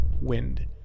wind